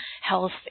health